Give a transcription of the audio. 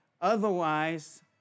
Otherwise